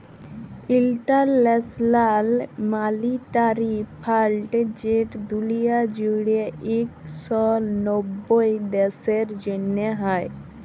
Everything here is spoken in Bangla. ইলটারল্যাশ লাল মালিটারি ফাল্ড যেট দুলিয়া জুইড়ে ইক শ নব্বইট দ্যাশের জ্যনহে হ্যয়